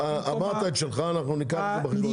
אמרת את שלך ואנחנו ניקח את זה בחשבון,